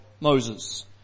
Moses